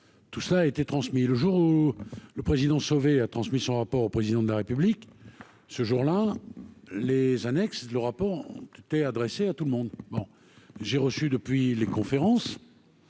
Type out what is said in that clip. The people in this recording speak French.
tout ça été transmis le jour où le président sauvez a transmis son rapport au président de la République, ce jour-là les annexes de l'Europe ont été adressées à tout le monde, bon, j'ai reçu depuis les conférences